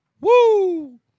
Woo